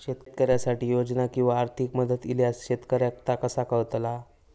शेतकऱ्यांसाठी योजना किंवा आर्थिक मदत इल्यास शेतकऱ्यांका ता कसा कळतला?